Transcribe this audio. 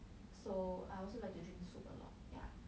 so I also like to drink soup a lot yeah